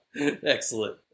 Excellent